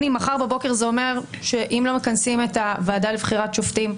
אם מחר בבוקר זה אומר שאם לא מכנסים את הוועדה לבחירת שופטים,